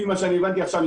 לפי מה שהבנתי עכשיו,